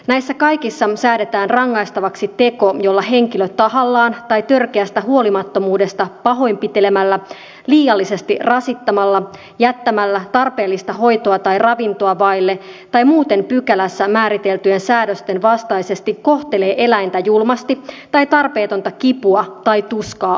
näissä kaikissa säädetään rangaistavaksi teko jolla henkilö tahallaan tai törkeästä huolimattomuudesta pahoinpitelemällä liiallisesti rasittamalla jättämällä tarpeellista hoitoa tai ravintoa vaille tai muuten pykälässä määriteltyjen säädösten vastaisesti kohtelee eläintä julmasti tai tarpeetonta kipua tai tuskaa aiheuttaen